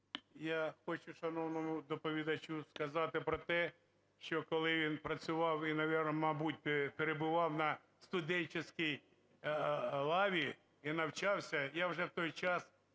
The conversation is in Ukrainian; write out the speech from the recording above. Я хочу шановному доповідачу сказати про те, що коли він працював і, мабуть, перебував на студентській лаві і навчався, я вже в той час